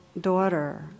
daughter